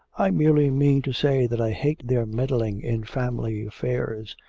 i merely mean to say that i hate their meddling in family affairs.